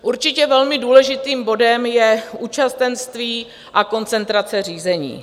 Určitě velmi důležitým bodem je účastenství a koncentrace řízení.